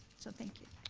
so thank you.